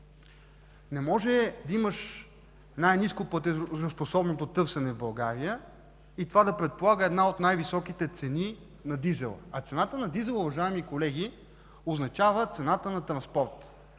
не може да имаш най-ниското платежоспособно търсене в България и това да предполага една от най-високите цени на дизела. А цената на дизела, уважаеми колеги, означава цената на транспорта.